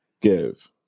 give